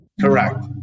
Correct